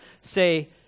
say